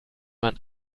man